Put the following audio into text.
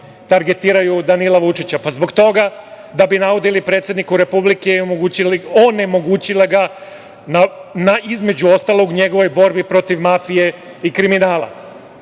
targetiraju Danila Vučića? Pa, zbog toga da bi naudili predsedniku Republike i onemogućili ga u, između ostalog, njegovoj borbi protiv mafije i kriminala. Ovo